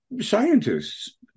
Scientists